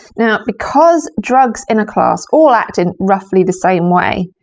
now because drugs in a class all act in roughly the same way,